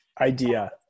Idea